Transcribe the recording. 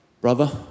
brother